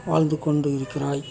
வாழ்ந்துக்கொண்டு இருக்கிறாய்